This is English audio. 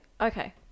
Okay